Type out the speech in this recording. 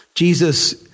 Jesus